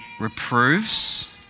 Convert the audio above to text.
reproves